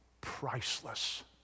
priceless